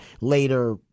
later